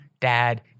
dad